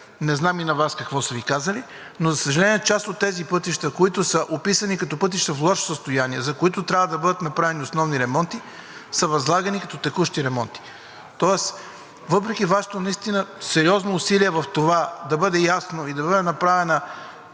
не знам и на Вас какво са Ви казали, но част от тези пътища, които са описани като пътища в лошо състояние, за които трябва да бъдат направени основни ремонти, са възлагани като текущи ремонти. Тоест, въпреки Вашето сериозно усилие в това да бъде ясно кои пътища са